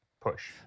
push